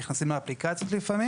נכנסים לאפליקציות לפעמים.